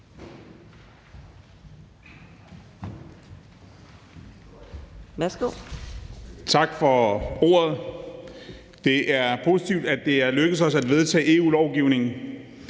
Tak for ordet. Det er positivt, at det er lykkedes os at vedtage EU-lovgivning,